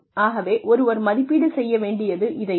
ஆகவே ஒருவர் மதிப்பீடு செய்ய வேண்டியது இதைத் தான்